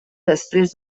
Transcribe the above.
després